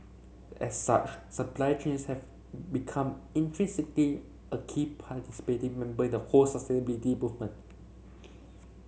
as such supply chains have become intrinsically a key participating member in the whole sustainability movement